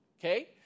okay